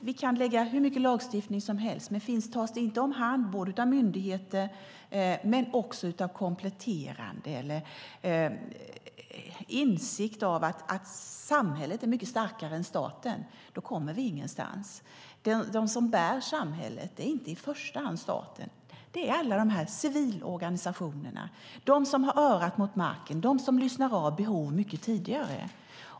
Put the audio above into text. Vi kan ta fram hur mycket lagstiftning som helst, men tas det inte om hand vare sig av myndigheter eller av andra med insikten om att samhället är mycket starkare än staten, då kommer vi ingenstans. De som bär samhället är inte i första hand staten, utan det är alla de här civilorganisationerna, de som har örat mot marken, de som lyssnar av behov mycket tidigare.